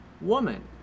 woman